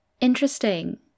Interesting